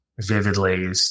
vividly